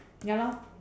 ya lor